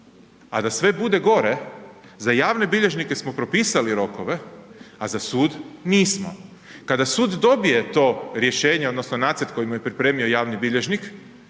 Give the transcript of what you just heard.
A da sve gore, za javne bilježnike smo propisali rokove a za sud nismo. Kada sud dobije to rješenje odnosno nacrt koji mu je pripremio javni bilježnik,